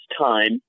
time